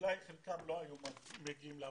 אולי חלקם לא היו מגיעים להפגנות.